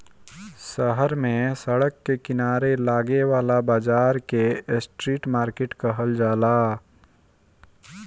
शहर में सड़क के किनारे लागे वाला बाजार के स्ट्रीट मार्किट कहल जाला